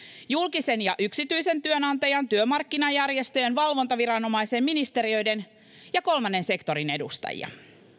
julkisen ja yksityisen työnantajan työmarkkinajärjestöjen valvontaviranomaisen ministeriöiden ja kolmannen sektorin edustajia